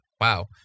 Wow